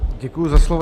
Děkuji za slovo.